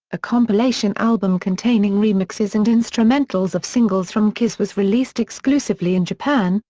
a compilation album containing remixes and instrumentals of singles from kiss was released exclusively in japan,